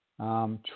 True